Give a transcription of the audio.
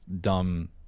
dumb